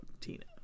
Tina